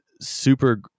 super